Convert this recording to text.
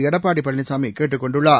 எடப்பாடி பழனிசாமி கேட்டுக் கொண்டுள்ளார்